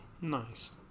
Nice